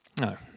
No